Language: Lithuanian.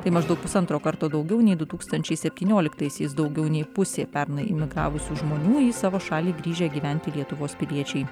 tai maždaug pusantro karto daugiau nei du tūkstančiai septynioliktaisiais daugiau nei pusė pernai imigravusių žmonių į savo šalį grįžę gyventi lietuvos piliečiai